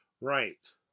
Right